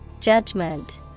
Judgment